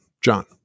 John